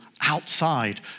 outside